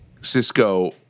Cisco